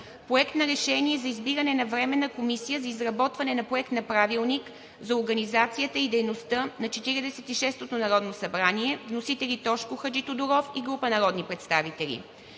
Проект на решение за избиране на Временна комисия за изработване на проект на Правилника за организацията и дейността на Четиридесет и шестото народно събрание. Вносители – Тошко Йорданов и група народни представители.